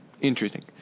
interesting